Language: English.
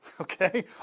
okay